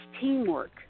teamwork